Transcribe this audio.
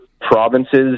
provinces